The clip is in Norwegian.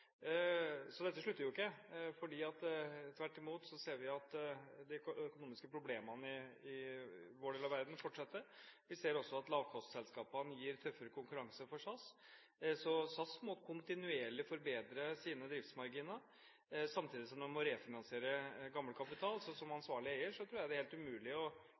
Så dette slutter jo ikke – tvert imot ser vi jo at de økonomiske problemene i vår del av verden fortsetter. Vi ser også at lavkostselskapene gir tøffere konkurranse for SAS. Så SAS må kontinuerlig forbedre sine driftsmarginer, samtidig som de må refinansiere gammel kapital. Som ansvarlig eier tror jeg det er helt umulig å